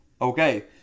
Okay